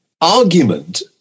argument